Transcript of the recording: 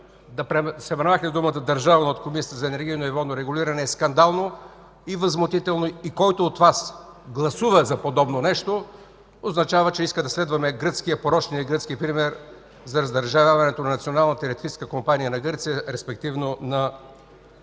да се махне думата „държавна” от Комисията за енергийно и водно регулиране, е скандално и възмутително. Който от Вас гласува за подобно нещо, означава, че иска да следваме порочния гръцки пример за раздържавяването на Националната електрическа компания на Гърция, респективно на България.